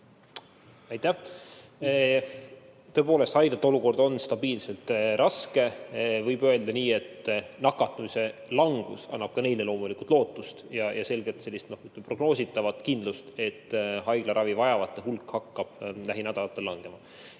Aitäh! Tõepoolest, haiglate olukord on stabiilselt raske. Võib öelda nii, et nakatumise langus annab ka neile loomulikult lootust ja selgelt prognoositavat kindlust, et haiglaravi vajajate hulk hakkab lähinädalatel langema.